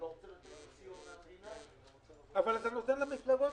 אני חושב שאנחנו מספיק חזקים כמדינה יהודית בשביל לאפשר שוליים הזויים